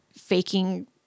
faking